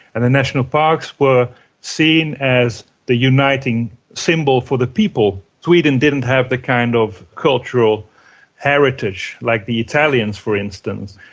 and the national parks were seen as the uniting symbols of the people. sweden didn't have the kind of cultural heritage like the italians, for instance,